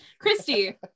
Christy